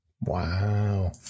wow